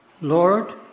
Lord